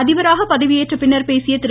அதிபராக பதவியேற்ற பின்னர் பேசிய திரு